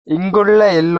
இங்குள்ள